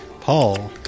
Paul